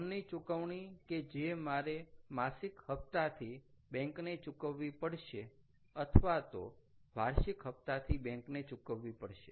loan ની ચુકવણી કે જે મારે માસિક હપ્તાથી બેંકને ચૂકવવી પડશે અથવા તો વાર્ષિક હપ્તાથી બેંકને ચૂકવવી પડશે